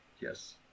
Yes